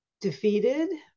defeated